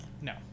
No